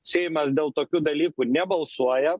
seimas dėl tokių dalykų nebalsuoja